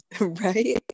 right